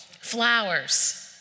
Flowers